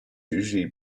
usually